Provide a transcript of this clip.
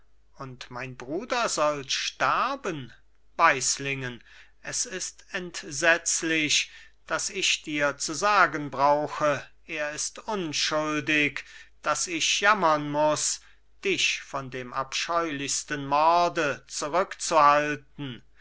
und mein bruder soll sterben weislingen es ist entsetzlich daß ich dir zu sagen brauche er ist unschuldig daß ich jammern muß dich von dem abscheulichsten morde zurückzuhalten